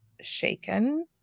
shaken